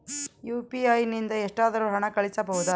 UPI ನಿಂದ ಎಷ್ಟಾದರೂ ಹಣ ಕಳಿಸಬಹುದಾ?